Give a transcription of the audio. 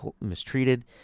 mistreated